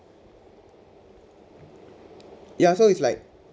ya so it's like